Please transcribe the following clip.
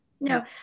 no